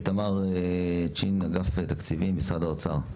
תמר צ'ין, אגף תקציבים, משרד האוצר.